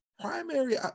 primary